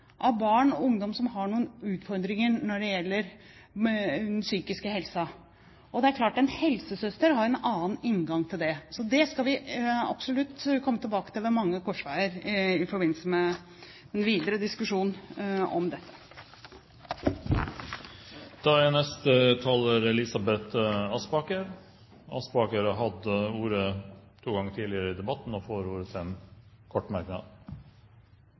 av barn og ungdom som har noen utfordringer med den psykiske helsen. Og det er klart at en helsesøster har en annen inngang til det. Det skal vi absolutt komme tilbake til ved mange korsveier i forbindelse med den videre diskusjonen om dette. Elisabeth Aspaker har hatt ordet to ganger og får ordet til en kort merknad,